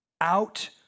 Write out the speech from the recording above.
out